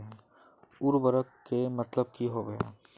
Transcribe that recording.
उर्वरक के मतलब की होबे है?